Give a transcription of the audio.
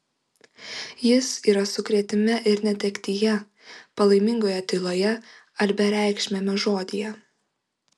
jis yra sukrėtime ir netektyje palaimingoje tyloje ar bereikšmiame žodyje